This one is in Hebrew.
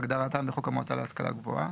כהגדרתם בחוק המועצה להשכלה גבוהה,